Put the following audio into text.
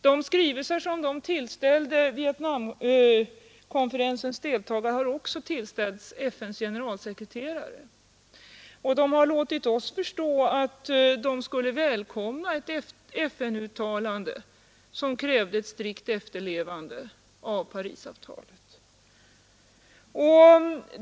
De skrivelser som de tillställde Vietnamkonferensens deltagare har också tillställts FN:s generalsekreterare, och de har låtit oss förstå att de skulle välkomna ett FN-uttalande som krävde en strikt efterlevnad av Parisavtalet.